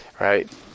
right